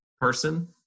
person